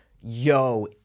Yo